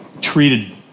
treated